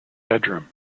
bedroom